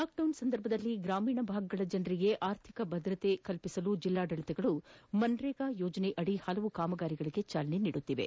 lockdown ಸಂದರ್ಭದಲ್ಲಿ ಗ್ರಾಮೀಣ ಭಾಗಗಳ ಜನರಿಗೆ ಆರ್ಥಿಕ ಭದ್ರತೆ ಒದಗಿಸಲು ಜೆಲ್ಲಾಡಳಿತಗಳು ಮನ್ರೇಗಾ ಯೋಜನೆಯಡಿ ಪಲವು ಕಾಮಗಾರಿಗಳಿಗೆ ಚಾಲನೆ ನೀಡುತ್ತಿವೆ